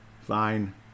fine